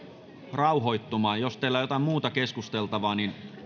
rauhoittumaan jos teillä on jotain muuta keskusteltavaa